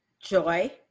Joy